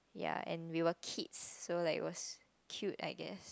ya and we were kids so it was cute I guess